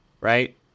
right